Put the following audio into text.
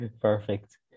Perfect